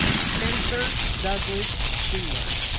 spenser douglas shuler